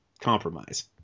compromise